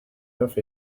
neuf